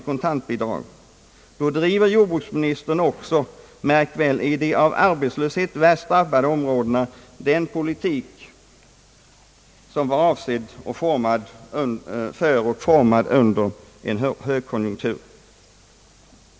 än kontantbidrag, så driver jordbruksministern även — märk väl — i de av arbetslöshet värst drabbade områdena den politik som var avsedd för och formad under en högkonjunktur.